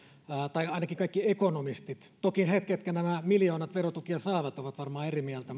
tai ainakin kaikki ekonomistit toki he ketkä nämä miljoonien verotuet saavat ovat varmaan eri mieltä